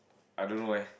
I don't know eh